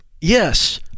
yes